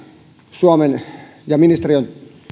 suomen ja ministeriön